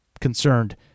concerned